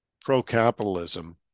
pro-capitalism